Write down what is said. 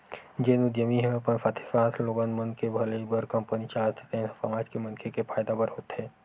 जेन उद्यमी ह अपन साथे साथे लोगन मन के भलई बर कंपनी चलाथे तेन ह समाज के मनखे के फायदा बर होथे